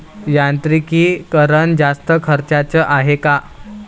यांत्रिकीकरण जास्त खर्चाचं हाये का?